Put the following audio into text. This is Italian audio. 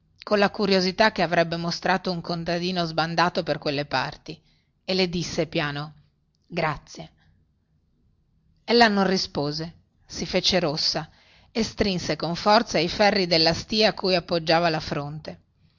con la curiosità che avrebbe mostrato un contadino sbandato per quelle parti e le disse piano grazie ella non rispose si fece rossa e strinse con forza i ferri della stia a cui appoggiava la fronte